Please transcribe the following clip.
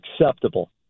acceptable